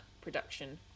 production